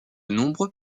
nombreux